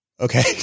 Okay